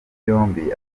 byombi